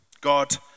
God